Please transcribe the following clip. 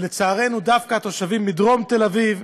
ולצערנו דווקא התושבים מדרום תל אביב,